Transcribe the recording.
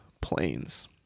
planes